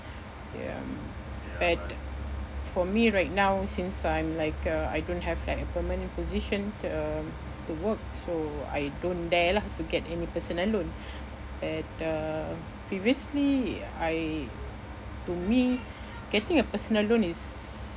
ya at for me right now since I'm like uh I don't have like employment and position the um the work so I don't dare lah to get any personal loan that uh previously I to me getting a personal loan is